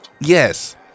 yes